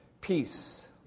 peace